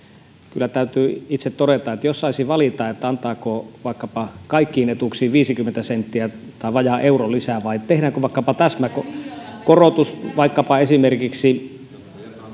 kyllä täytyy itse todeta että jos saisin valita antaako vaikkapa kaikkiin etuuksiin viisikymmentä senttiä tai vajaan euron lisää vai tehdäänkö täsmäkorotus esimerkiksi